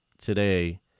today